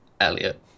Elliot